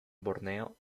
borneo